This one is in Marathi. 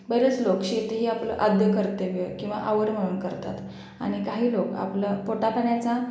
बरेच लोक शेती ही आपलं आद्य कर्तव्य किंवा आवड म्हणून करतात आणि काही लोक आपलं पोटापाण्याचा